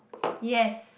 yes